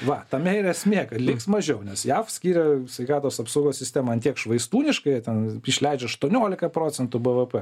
va tame ir esmė liks mažiau nes jav skiria sveikatos apsaugos sistemą tiek švaistūniškai ten išleidžia aštuoniolika procentų bvp